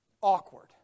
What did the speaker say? awkward